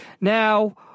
Now